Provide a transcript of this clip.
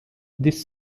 this